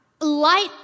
Light